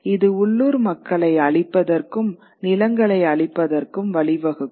இது உள்ளூர் மக்களை அழிப்பதற்கும் நிலங்களை அழிப்பதற்கும் வழிவகுக்கும்